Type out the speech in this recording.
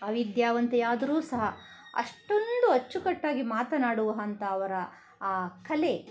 ಅವಿದ್ಯಾವಂತೆ ಆದರೂ ಸಹ ಅಷ್ಟೊಂದು ಅಚ್ಚುಕಟ್ಟಾಗಿ ಮಾತನಾಡುವ ಅಂಥ ಅವರ ಆ ಕಲೆ